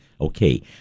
Okay